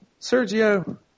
Sergio